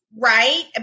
right